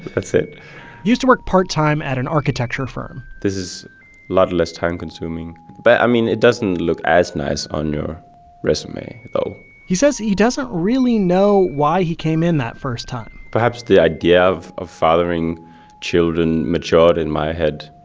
that's it he used to work part-time at an architecture firm this is a lot less time-consuming. but, i mean, it doesn't look as nice on your resume, though he says he doesn't really know why he came in that first time perhaps the idea of of fathering children matured in my head.